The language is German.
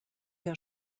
der